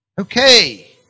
Okay